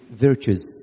virtues